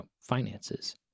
finances